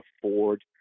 afford